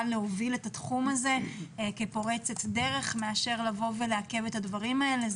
להוביל את התחום הזה כפורצת דרך ולא לבוא ולעכב את הדברים האלה.